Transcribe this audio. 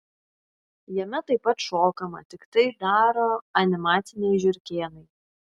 jame taip pat šokama tik tai daro animaciniai žiurkėnai